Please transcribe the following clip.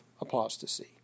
apostasy